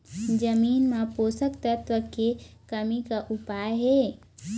जमीन म पोषकतत्व के कमी का उपाय हे?